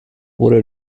vore